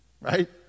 Right